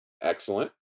Excellent